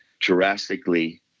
drastically